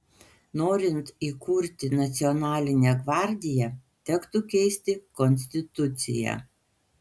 norint įkurti nacionalinę gvardiją tektų keisti konstituciją